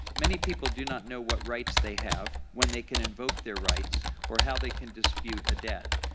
many people do not know what rights they have, when they can invoke their rights, or how they can dispute a debt.